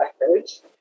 records